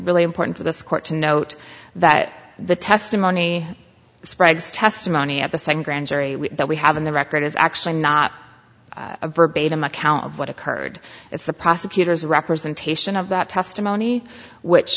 really important for this court to note that the testimony spraggs testimony at the same grand jury that we have in the record is actually not a verbatim account of what occurred it's the prosecutor's representation of that testimony which